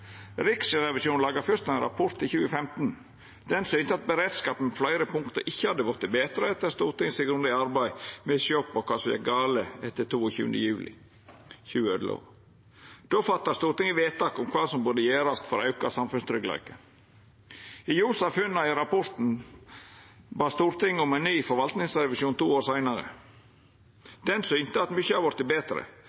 Riksrevisjonen lagde først ein rapport i 2015. Han synte at beredskapen på fleire punkt ikkje hadde vorte betre etter Stortingets grundige arbeid med å sjå på kva som gjekk gale den 22. juli 2011. Då fatta Stortinget vedtak om kva som burde gjerast for å auka samfunnstryggleiken. I ljos av funna i rapporten bad Stortinget om ein ny forvaltingsrevisjon to år seinare.